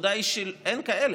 הנקודה היא שאין כאלה.